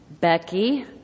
Becky